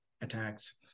attacks